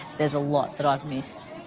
there's a lot that i've missed.